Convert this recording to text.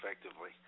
effectively